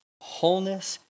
Wholeness